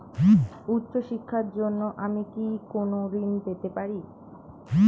উচ্চশিক্ষার জন্য আমি কি কোনো ঋণ পেতে পারি?